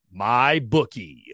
MyBookie